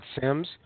Sims